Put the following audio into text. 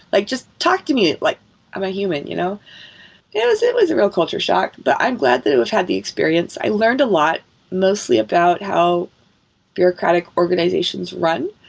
like just talk to me. like i'm a human. you know it was it was a real culture shock, but i'm glad that we've had the experience. i learned a lot mostly about how bureaucratic organizations run,